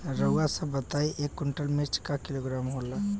रउआ सभ बताई एक कुन्टल मिर्चा क किलोग्राम होला?